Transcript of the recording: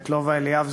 ואת לובה אליאב,